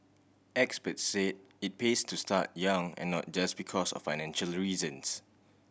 experts said it pays to start young and not just because of financial reasons